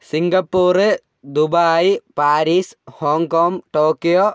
Singapore Dubai Paris Hong Kong Tokyo